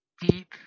deep